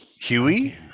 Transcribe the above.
Huey